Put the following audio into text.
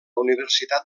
universitat